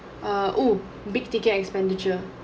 err oh big ticket expenditure